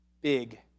big